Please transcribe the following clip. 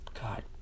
god